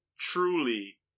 truly